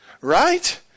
right